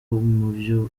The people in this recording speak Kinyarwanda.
muvyo